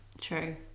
true